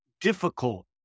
difficult